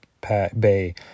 bay